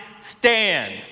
stand